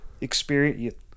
experience